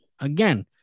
Again